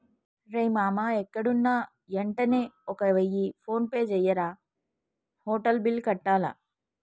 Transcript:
రేయ్ మామా ఎక్కడున్నా యెంటనే ఒక వెయ్య ఫోన్పే జెయ్యిరా, హోటల్ బిల్లు కట్టాల